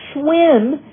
swim